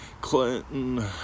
Clinton